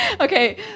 Okay